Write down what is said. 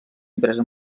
impresa